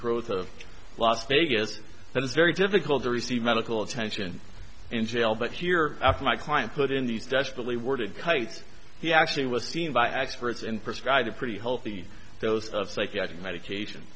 growth of las vegas that it's very difficult to receive medical attention in jail but year after my client put in these desperately worded kuyt he actually was seen by experts in prescribe a pretty healthy those of psychiatric medication